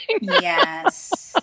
Yes